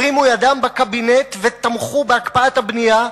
הרימו ידם בקבינט ותמכו בהקפאת הבנייה.